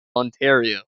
ontario